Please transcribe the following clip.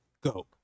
go